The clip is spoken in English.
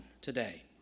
today